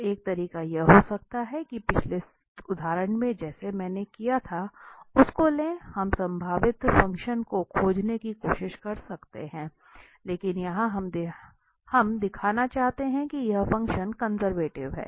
तो एक तरीका यह हो सकता है कि पिछले उदाहरण में जैसा किए गए हैं उसको ले हम संभावित फ़ंक्शन को खोजने की कोशिश कर सकते हैं लेकिन यहां हम दिखाना चाहते हैं कि यह फ़ंक्शन कंजर्वेटिव है